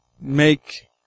Make